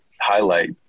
highlight